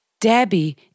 Debbie